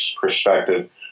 perspective